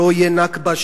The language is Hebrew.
שלא תהיה "נכבה",